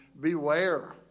beware